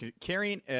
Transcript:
carrying